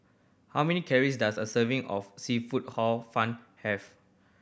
how many calories does a serving of seafood Hor Fun have